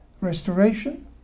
restoration